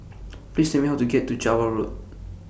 Please Tell Me How to get to Java Road